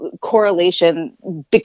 correlation